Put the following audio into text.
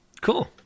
cool